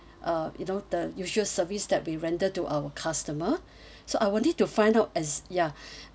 uh you know the usual service that we render to our customer so I would need to find out ex~ ya